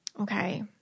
Okay